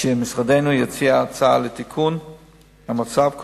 שמשרדנו יכין הצעה לתיקון המצב,